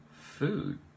food